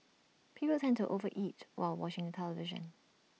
people tend to over eat while watching the television